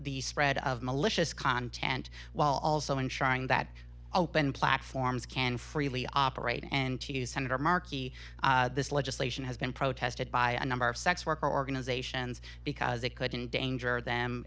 the spread of malicious content while also ensuring that open platforms can freely operate and to senator markey this legislation has been protested by a number of sex worker organizations because they couldn't danger them